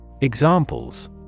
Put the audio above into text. Examples